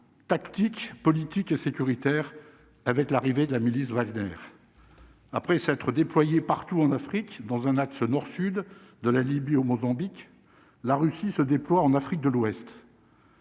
tactique politique et sécuritaire avec l'arrivée de la milice Wagner après s'être déployée partout en Afrique, dans un axe nord-sud de la Libye au Mozambique, la Russie se déploie en Afrique de l'Ouest.